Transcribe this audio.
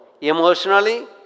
emotionally